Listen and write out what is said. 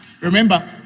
remember